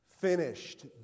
finished